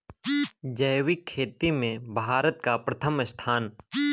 जैविक खेती में भारत का प्रथम स्थान